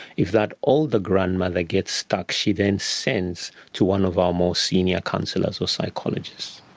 if that older grandmother gets stuck, she then sends to one of our more senior counsellors or psychologists.